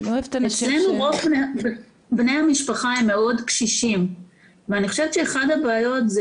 אצלנו רוב בני המשפחה הם מאוד קשישים ואני חושבת שאחד הבעיות,